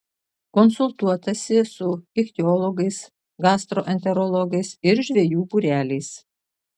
konsultuotasi su ichtiologais gastroenterologais ir žvejų būreliais